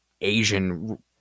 Asian